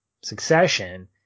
succession